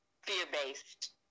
fear-based